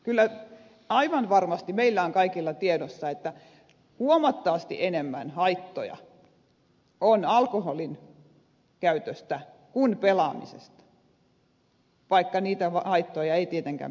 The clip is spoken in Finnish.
kyllä aivan varmasti meillä on kaikilla tiedossa että huomattavasti enemmän haittoja on alkoholin käytöstä kuin pelaamisesta vaikka niitä haittoja ei tietenkään pidä vähätellä